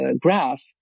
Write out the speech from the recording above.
graph